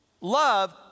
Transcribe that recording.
Love